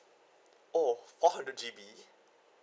oh one hundred G_B